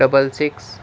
double six